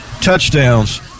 touchdowns